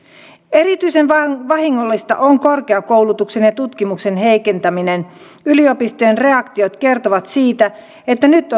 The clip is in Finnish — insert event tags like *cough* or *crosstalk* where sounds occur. erityisen vahingollista on korkeakoulutuksen ja tutkimuksen heikentäminen yliopistojen reaktiot kertovat siitä että nyt *unintelligible*